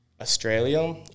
Australia